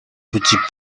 petit